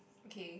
okay